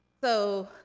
so,